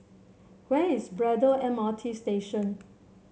where is Braddell M R T Station